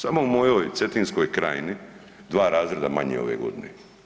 Samo u mojoj Cetinskoj krajini 2 razreda manje ove godine.